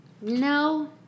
No